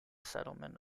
settlement